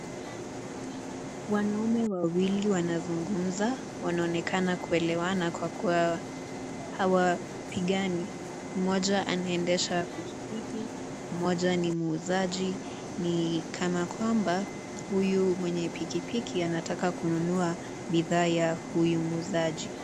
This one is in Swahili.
Wanume wawili wanazungumza wanaonekana kuelewana kwa kuwa hawapigani. Mmoja anaendesha pikipiki, mmoja ni muuzaji. Ni kama kwamba huyu mwenye pikipiki anataka kununua bidhaa ya huyu muuzaji.